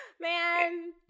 Man